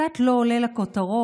קצת לא עולה לכותרות.